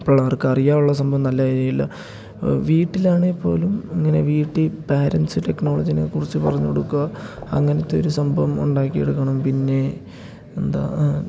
ഇപ്പോഴുള്ളവർക്കറിയാനുള്ള സംഭവം വീട്ടിലാണെങ്കില്പ്പോലും ഇങ്ങനെ വീട്ടില് പാരൻറ്റ്സ് ടെക്നോളജിയെക്കുറിച്ച് പറഞ്ഞുകൊടുക്കുക അങ്ങനത്തെയൊരു സംഭവമുണ്ടാക്കിയെടുക്കണം പിന്നെ എന്താണ്